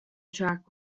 track